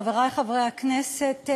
חברי חברי הכנסת,